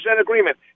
agreement